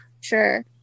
Sure